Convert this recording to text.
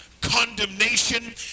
condemnation